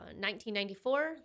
1994